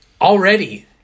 already